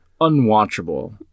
Unwatchable